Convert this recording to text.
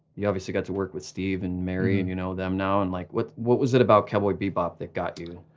you obviously got to work with steve and mary and you know them now. and like what what was it about cowboy bebop that got you?